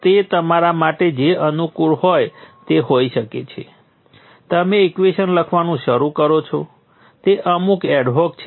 તેથી V3 ગુણ્યા G23 વત્તા G33 ઓછા V2 ગુણ્યા G23 ની બરાબર I3